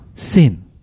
Sin